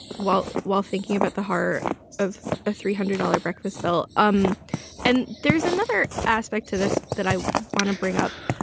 while while thinking about the heart of a three hundred dollars breakfast bill. um and there's another aspect to this that i want to bring up,